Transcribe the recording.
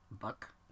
Buck